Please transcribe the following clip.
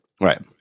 Right